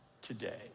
Today